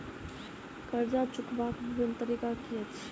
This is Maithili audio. कर्जा चुकबाक बिभिन्न तरीका की अछि?